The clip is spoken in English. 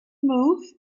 move